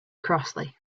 crossley